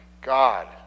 God